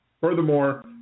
Furthermore